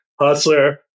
Hustler